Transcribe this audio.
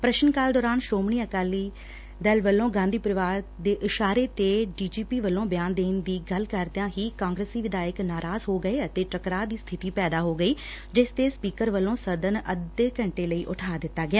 ਪ੍ਸਸਨ ਕਾਲ ਦੌਰਾਨ ਸ੍ਹੋਮਣੀ ਅਕਾਲੀ ਵੱਲੋਂ ਗਾਧੀ ਪਰਿਵਾਰ ਦੇ ਇਸ਼ਾਰੇ ਤੇ ਡੀ ਜੀ ਪੀ ਵੱਲੋਂ ਬਿਆਨ ਦੇਣ ਦੀ ਗੱਲ ਕਰਦਿਆਂ ਹੀ ਕਾਂਗਰਸੀ ਵਿਧਾਇਕ ਨਾਰਾਜ਼ ਹੋ ਗਏ ਅਤੇ ਟਕਰਾਅ ਦੀ ਸਬਿਤੀ ਪੈਦਾ ਹੋ ਗਈ ਜਿਸ ਤੇ ਸਪੀਕਰ ਵੱਲੋਂ ਸਦਨ ਅੱਧੇ ਘੰਟੇ ਲਈ ਉਠਾ ਦਿੱਤਾ ਗਿਆ